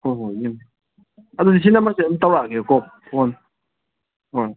ꯍꯣꯏ ꯍꯣꯏ ꯑꯗꯨꯗꯤ ꯁꯤ ꯅꯝꯕꯔꯁꯤꯗ ꯑꯗꯨꯝ ꯇꯧꯔꯛꯑꯒꯦ ꯀꯣ ꯐꯣꯟ ꯍꯣꯏ